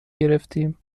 گرفتیم